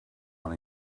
mal